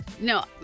No